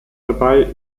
dabei